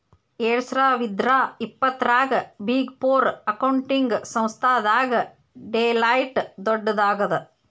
ಎರ್ಡ್ಸಾವಿರ್ದಾ ಇಪ್ಪತ್ತರಾಗ big four accounting ಸಂಸ್ಥಾದಾಗ ಡೆಲಾಯ್ಟ್ ದೊಡ್ಡದಾಗದ